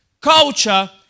culture